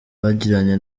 yagiranye